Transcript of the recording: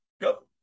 go